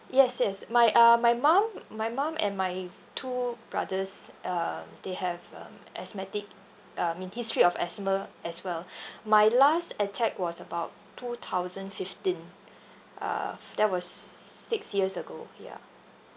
yes yes my uh my mum my mum and my two brothers um they have um asthmatic uh mean history of asthma as well my last attack was about two thousand fifteen uh f~ that was s~ six years ago ya